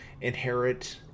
inherit